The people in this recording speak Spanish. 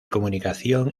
comunicación